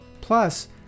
Plus